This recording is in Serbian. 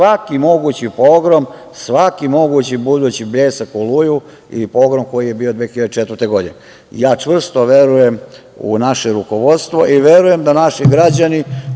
svaki mogući pogrom, svaki mogući budući „Bljesak“ i „Oluju“ i pogrom koji je bio 2004. godine. Ja čvrsto verujem u naše rukovodstvo i verujem da naši građani,